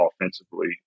offensively